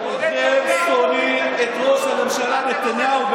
אתם שונאים את ראש הממשלה נתניהו.